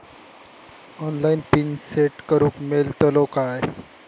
Online PIN set करूक मेलतलो काय?